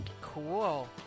Cool